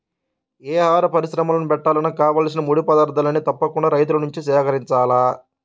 యే ఆహార పరిశ్రమని బెట్టాలన్నా కావాల్సిన ముడి పదార్థాల్ని తప్పకుండా రైతుల నుంచే సేకరించాల